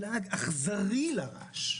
לעג אכזרי לרש.